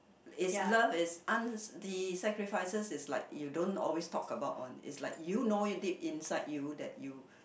is love is un~ the sacrifices is like you don't always talk about one is like you know it deep inside you that you